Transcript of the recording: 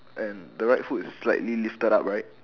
and the right foot is slightly lifted up right